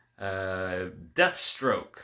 Deathstroke